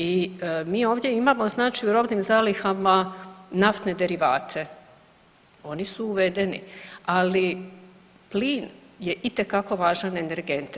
I mi ovdje imamo znači u robnim zalihama naftne derivate, oni su uvedeni, ali plin je itekako važan energent.